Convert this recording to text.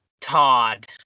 Todd